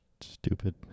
stupid